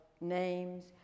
names